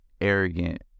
arrogant